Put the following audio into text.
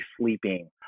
sleeping